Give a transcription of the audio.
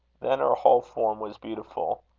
then her whole form was beautiful.